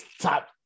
top